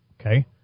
Okay